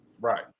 Right